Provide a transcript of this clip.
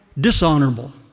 dishonorable